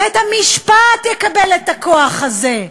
בית-המשפט יקבל את הכוח הזה,